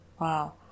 Wow